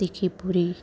તીખી પૂરી